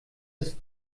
ist